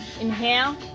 Inhale